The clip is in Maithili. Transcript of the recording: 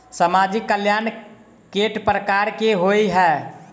सामाजिक कल्याण केट प्रकार केँ होइ है?